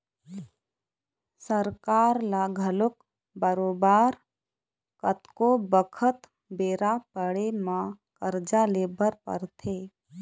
सरकार ल घलोक बरोबर कतको बखत बेरा पड़े म करजा ले बर परथे